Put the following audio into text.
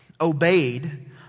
obeyed